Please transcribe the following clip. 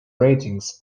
ratings